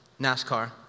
NASCAR